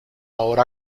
hora